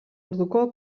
orduko